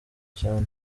cyane